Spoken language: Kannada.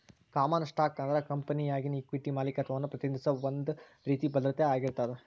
ಕಾಮನ್ ಸ್ಟಾಕ್ ಅಂದ್ರ ಕಂಪೆನಿಯಾಗಿನ ಇಕ್ವಿಟಿ ಮಾಲೇಕತ್ವವನ್ನ ಪ್ರತಿನಿಧಿಸೋ ಒಂದ್ ರೇತಿ ಭದ್ರತೆ ಆಗಿರ್ತದ